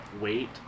wait